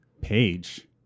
page